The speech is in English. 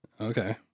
Okay